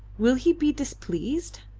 will he be displeased?